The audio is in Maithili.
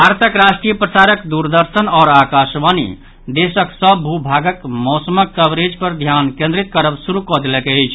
भारतक राष्ट्रीय प्रसारक दूरदर्शन आओर आकाशवाणी देशक सभ भू भागक मौसमक कवरेज पर ध्यान केंद्रित करब शुरू कऽ देलक अछि